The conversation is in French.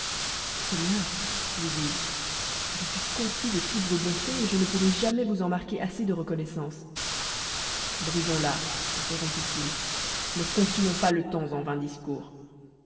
seigneur lui dis-je je suis confus de toutes vos bontés et je ne pourrai jamais vous en marquer assez de reconnaissance brisons là interrompit-il ne consumons pas le temps en vains discours